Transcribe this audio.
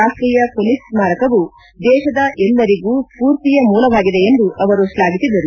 ರಾಷ್ಷೀಯ ಪೊಲೀಸ್ ಸ್ನಾರಕವು ದೇಶದ ಎಲ್ಲರಿಗೂ ಸ್ವೂರ್ತಿಯ ಮೂಲವಾಗಿದೆ ಎಂದು ಶ್ಲಾಘಿಸಿದರು